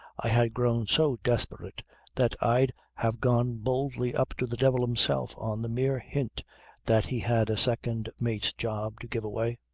i had grown so desperate that i'd have gone boldly up to the devil himself on the mere hint that he had a second mate's job to give away.